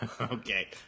Okay